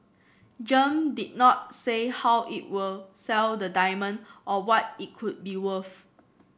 Gem did not say how it will sell the diamond or what it could be worth